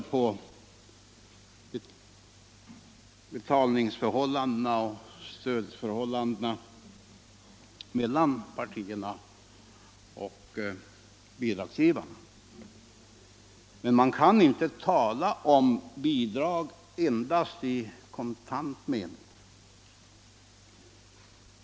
Jag skall inte gå närmare in på stödförhållandena mellan partierna och deras bidragsgivare, men man kan inte tala om bidrag endast i form av kontanta medel.